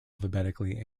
alphabetically